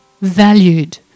valued